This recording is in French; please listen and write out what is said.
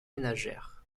ménagères